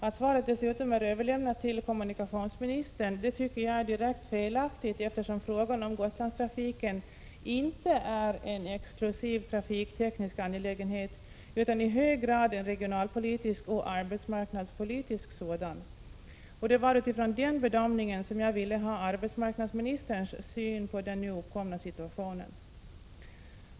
Att svaret dessutom är överlämnat till kommunikationsministern tycker jag är direkt felaktigt, eftersom frågan om Gotlandstrafiken inte är en exklusiv trafikteknisk angelägenhet, utan i hög grad en regionalpolitisk och arbetsmarknadspolitisk sådan. Det var utifrån den bedömningen som jag ville ha arbetsmarknadsministerns syn på den nu uppkomna situationen.